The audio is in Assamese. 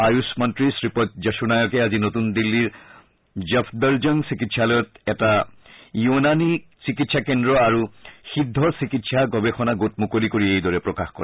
আয়ুষ মন্ত্ৰী শ্ৰীপদ যশোনায়কে আজি নতুন দিল্লীৰ ছফদৰজং চিকিৎসালয়ত এটা য়ুনানী চিকিৎসা কেন্দ্ৰ আৰু সিদ্ধ চিকিৎসা গৱেষণা গোট মুকলি কৰি এইদৰে প্ৰকাশ কৰে